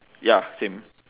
ya same